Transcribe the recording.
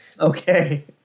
Okay